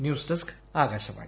news desk Akashvani